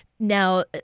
Now